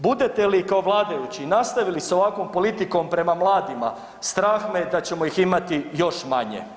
Budete li kao vladajući nastavili s ovakvom politikom prema mladima strah me je da ćemo ih imati još manje.